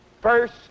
first